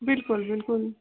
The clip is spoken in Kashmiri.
بلکُل بلکُل